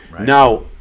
Now